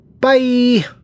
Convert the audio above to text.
Bye